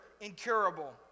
incurable